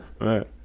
Right